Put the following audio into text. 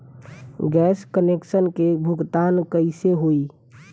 Gas connection के भुगतान कैसे होइ?